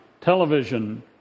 television